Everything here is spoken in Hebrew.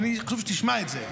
וחשוב לי שתשמע את זה,